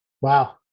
Wow